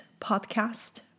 podcast